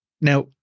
Now